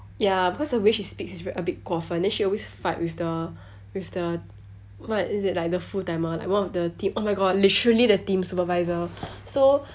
ya because the way she speaks is ve~ a bit 过分 then she always fight with the with the what is it like the full timer like one of the tea~ oh my god literally the team supervisor so